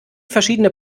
verschiedene